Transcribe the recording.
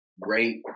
great